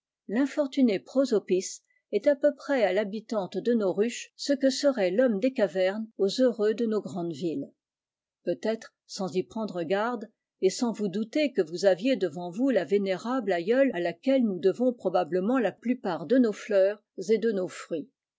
l'infortunée prosopis est à peu près à l'habitante de nos ruches ce que serait l'homme des cavernes aux heureux de nos grandes villes peut-être sans y prendre garde et sans vous douter que vous aviez devant vous la vénérable aïeule à laquelle nous devons probablement la plupart de nos fleurs et de nos fruits